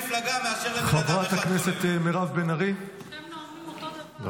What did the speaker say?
חברת הכנסת מירב בן ארי, בבקשה.